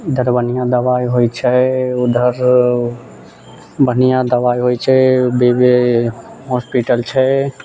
उधर बन्हिआँ दबाइ होइ छै उधर बन्हिआँ दबाइ होइ छै बीबी हॉस्पिटल छै